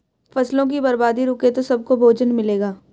फसलों की बर्बादी रुके तो सबको भोजन मिलेगा